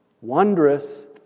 wondrous